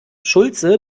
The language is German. schulze